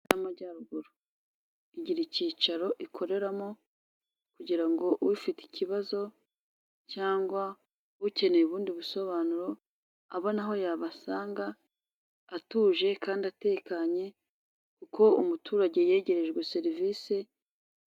Intara y'amajyaruguru igira icyicaro ikoreramo, kugira ngo ufite ikibazo cyangwa ukeneye ubundi busobanuro, abone aho yabasanga atuje kandi atekanye, kuko umuturage yegerejwe serivisi.